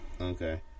Okay